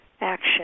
action